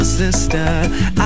Sister